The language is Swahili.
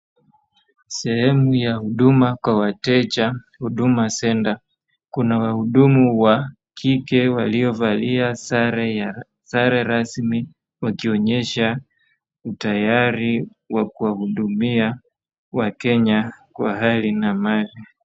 Sehemu ya huduma kwa wateja, Huduma Centre. Kuna wahudumu wa kike waliovalia sare rasmi wakionyesha utayari wa kuwahudumia Wakenya kwa hali na mali.